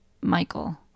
Michael